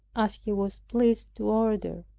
as he was pleased to order.